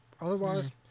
Otherwise